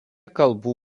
kalbų